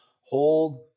Hold